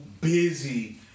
busy